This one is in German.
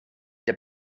der